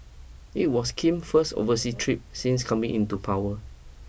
it was Kim first oversea trip since coming into power